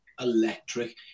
electric